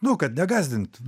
nu kad negąsdint